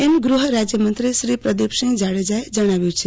એમ ગૂહ રાજ્યમંત્રી શ્રી પ્રદિપસિંહ જાડેજાએ જણાવ્યું છે